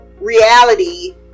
reality